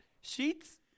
Sheets